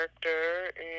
character